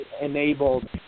enabled